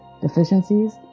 deficiencies